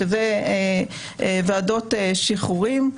שאלו ועדות שחרורים,